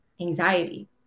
anxiety